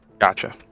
Gotcha